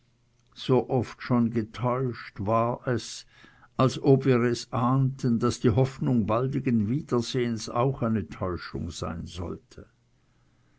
so oft schon getäuscht war es als ob wir es ahneten daß die hoffnung baldigen wiedersehens auch eine täuschung sein sollte